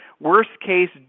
worst-case